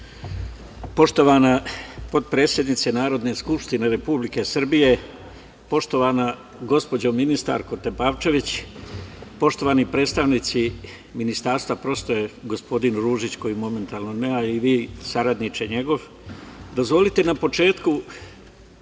Poštovana potpredsednice Narodne skupštine Republike Srbije, poštovana gospođo ministarko Tepavčević, poštovani predstavnici Ministarstva prosvete, gospodin Ružić, koji momentalno ne, a i vi saradniče njegov, dozvolite na početku